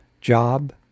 Job